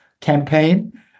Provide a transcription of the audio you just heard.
campaign